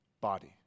body